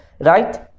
right